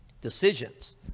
decisions